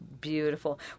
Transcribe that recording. Beautiful